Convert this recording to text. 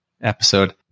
episode